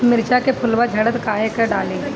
मिरचा के फुलवा झड़ता काहे का डाली?